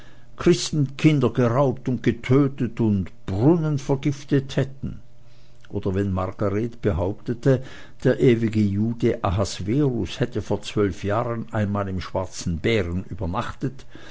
christenkinder geraubt und getötet und brunnen vergiftet hätten oder wenn margret behauptete der ewige jude ahasverus hätte vor zwölf jahren einmal im schwarzen bären übernachtet